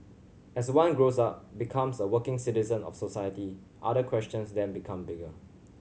as one grows up becomes a working citizen of society other questions then become bigger